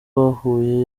bahuye